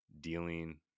dealing